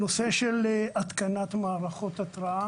הנושא השני, התקנת מערכות התרעה